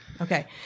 Okay